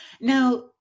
Now